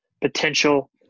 potential